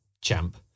champ